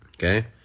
Okay